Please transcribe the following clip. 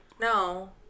no